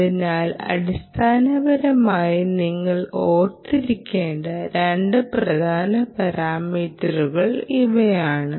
അതിനാൽ അടിസ്ഥാനപരമായി നിങ്ങൾ ഓർത്തിരിക്കേണ്ട രണ്ട് പ്രധാന പാരാമീറ്ററുകൾ ഇവയാണ്